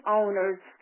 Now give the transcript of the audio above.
owners